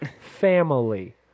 Family